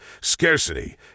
scarcity